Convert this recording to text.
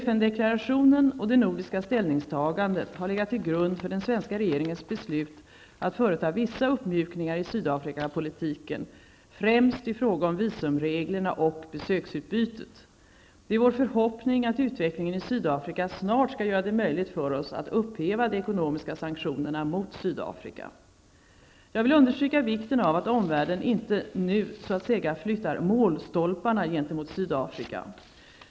FN deklarationen och det nordiska ställningstagandet har legat till grund för den svenska regeringens beslut at företa vissa uppmjukningar i Sydafrikapolitiken, främst i fråga om visumreglerna och besöksutbytet. Det är vår förhoppning att utvecklingen i Sydafrika snart skall göra det möjligt för oss att uphäva de ekonomiska sanktionerna mot Sydafrika. Jag vill understryka vikten av att omvärlden inte nu så att säga flyttar målstolparna gentemot Sydafrika.